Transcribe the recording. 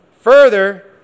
further